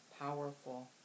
powerful